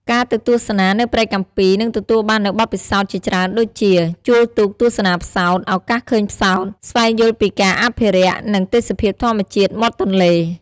ការទៅទស្សនានៅព្រែកកាំពីនឹងទទួលបាននូវបទពិសោធន៍ជាច្រើនដូចជា ជួលទូកទស្សនាផ្សោត ឱកាសឃើញផ្សោត ស្វែងយល់ពីការអភិរក្ស នឹងទេសភាពធម្មជាតិមាត់ទន្លេ ។